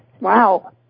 Wow